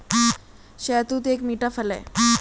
शहतूत एक मीठा फल है